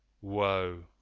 Woe